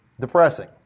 depressing